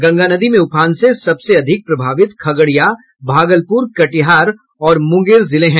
गंगा नदी में उफान से सबसे अधिक प्रभावित खगड़िया भागलपुर कटिहार और मुंगेर जिले हैं